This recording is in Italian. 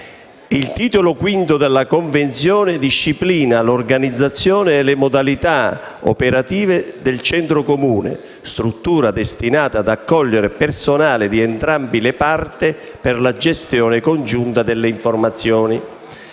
Il titolo V della Convenzione disciplina l'organizzazione e le modalità operative del Centro comune, struttura destinata ad accogliere personale di entrambe le parti per la gestione congiunta delle informazioni.